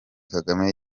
kagame